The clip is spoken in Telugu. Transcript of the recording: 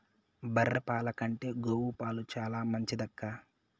బర్రె పాల కంటే గోవు పాలు చాలా మంచిదక్కా